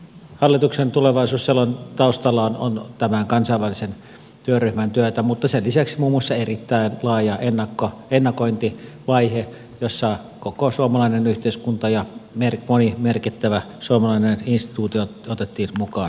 hallituksen tulevaisuusselonteon taustalla on tämän kansainvälisen työryhmän työtä mutta sen lisäksi muun muassa erittäin laaja ennakointivaihe jossa koko suomalainen yhteiskunta ja moni merkittävä suomalainen instituutio otettiin mukaan tähän työhön